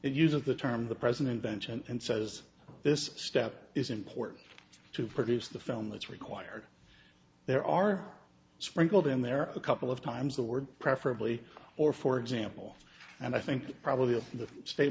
it uses the term the present invention and says this step is important to produce the film that's required there are sprinkled in there a couple of times the word preferably or for example and i think probably the state